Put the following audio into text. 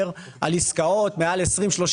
על עסקאות של מעל ל-20 מיליון ₪ או 30